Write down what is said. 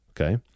okay